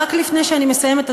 רק לפני שאני מסיימת,